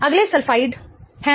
अगले सल्फाइड है